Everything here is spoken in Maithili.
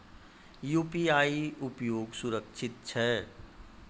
यु.पी.आई उपयोग सुरक्षित छै?